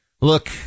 Look